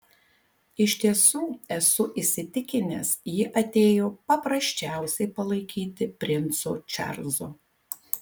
iš tiesų esu įsitikinęs ji atėjo paprasčiausiai palaikyti princo čarlzo